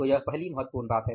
तो यह पहली महत्वपूर्ण बात है